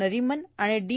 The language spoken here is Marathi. नरीमन आणि डी